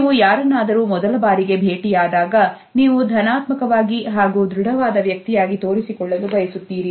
ನೀವು ಯಾರನ್ನಾದರೂ ಮೊದಲಬಾರಿಗೆ ಭೇಟಿಯಾದಾಗ ನೀವು ಧನಾತ್ಮಕವಾಗಿ ಹಾಗೂ ದೃಢವಾದ ವ್ಯಕ್ತಿಯಾಗಿ ತೋರಿಸಿಕೊಳ್ಳಲು ಬಯಸುತ್ತೀರಿ